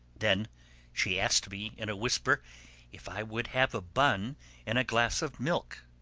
then she asked me in a whisper if i would have a bun and a glass of milk.